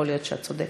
יכול להיות שאת צודקת.